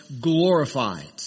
glorified